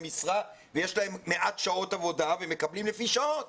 משרה ויש להם מעט שעות עבודה והם מקבלים לפי שעות.